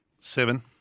Seven